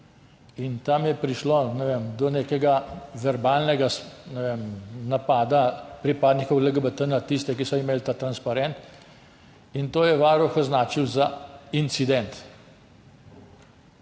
in tam je prišlo do nekega verbalnega, ne vem, napada pripadnikov LGBT na tiste, ki so imeli ta transparent, in to je Varuh označil za incident.